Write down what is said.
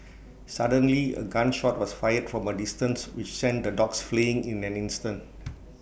suddenly A gun shot was fired from A distance which sent the dogs fleeing in an instant